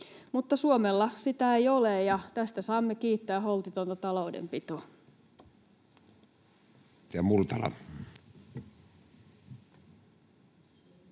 Suomella sitä ei ole, ja tästä saamme kiittää holtitonta taloudenpitoa.